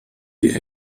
die